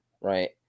right